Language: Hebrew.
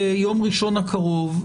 ביום ראשון הקרוב,